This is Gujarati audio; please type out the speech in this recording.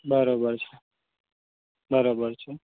બરાબર છે બરાબર છે